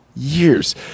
Years